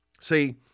See